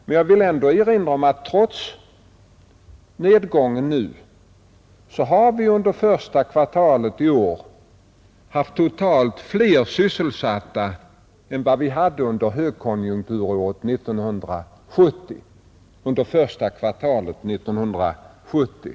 Men trots nedgången har vi under första kvartalet i år totalt haft fler sysselsatta än under första kvartalet högkonjunkturåret 1970.